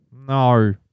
No